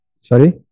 Sorry